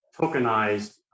tokenized